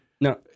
no